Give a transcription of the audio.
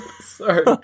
Sorry